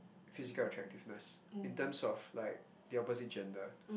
physical attractiveness in terms of like the opposite gender